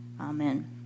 Amen